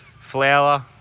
flour